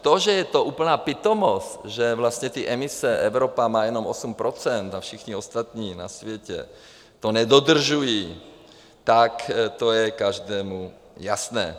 To, že je to úplná pitomost, protože vlastně ty emise Evropa má jenom 8 % a všichni ostatní na světě to nedodržují, tak to je každému jasné.